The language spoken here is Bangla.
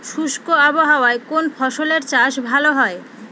শুষ্ক আবহাওয়ায় কোন ফসলের চাষ ভালো হয়?